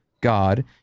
God